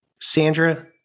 Sandra